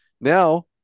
now